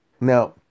Now